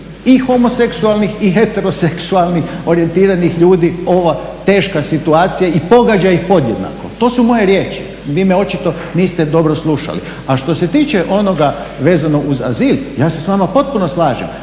i homoseksualnih i heteroseksualnih orijentiranih ljudi ova teška situacija i pogađa ih podjednako, to su moje riječi. Vi me očito niste dobro slušali. A što se tiče onoga vezano uz azil, ja se s vama potpuno slažem,